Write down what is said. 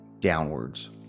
downwards